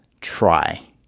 try